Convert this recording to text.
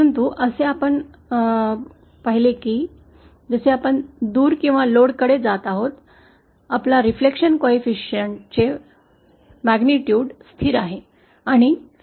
परंतु जसे आपण दूर किंवा लोड कडे जात आहोत परावर्तन गुणकाचे परिमाण स्थिर आहे